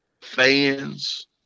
fans